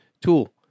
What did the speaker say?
tool